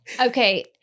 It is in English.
Okay